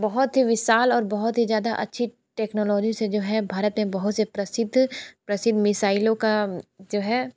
बहुत ही विशाल और बहुत ही ज़्यादा अच्छी टेक्नोलॉजी से जो है भारत में बहुत से प्रसिद्ध प्रसिद्ध मिसाइलों का जो है